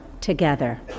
together